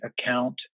account